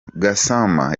gassama